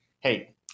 hey